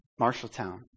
Marshalltown